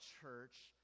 church